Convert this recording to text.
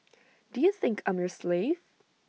do you think I'm your slave